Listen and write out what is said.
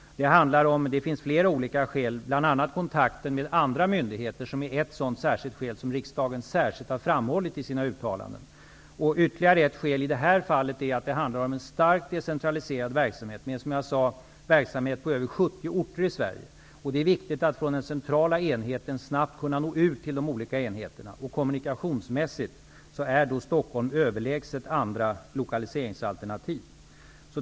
Det finns flera olika skäl, bl.a. kontakten med andra myndigheter, som är ett sådant särskilt skäl som riksdagen har framhållit i sina uttalanden. Ytterligare ett skäl i detta fall är att det handlar om en starkt decentraliserad verksamhet med, som jag sade, institutioner på över 70 orter i Sverige. Det är viktigt att man från den centrala enheten snabbt kan nå ut till de olika enheterna i landet. Kommunikationsmässigt är Stockholm överlägset andra lokaliseringsalternativ.